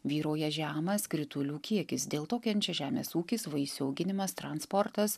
vyrauja žemas kritulių kiekis dėl to kenčia žemės ūkis vaisių auginimas transportas